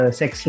sex